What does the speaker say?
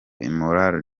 imurora